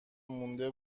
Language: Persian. مونده